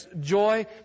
joy